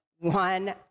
one